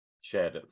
shared